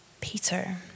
Peter